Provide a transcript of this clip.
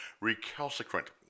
recalcitrant